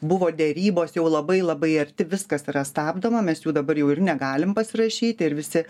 buvo derybos jau labai labai arti viskas yra stabdoma mes jų dabar jau ir negalim pasirašyti ir visi